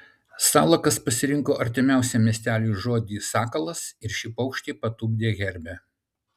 salakas pasirinko artimiausią miesteliui žodį sakalas ir šį paukštį patupdė herbe